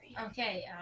Okay